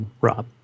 Rob